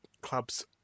clubs